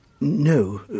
No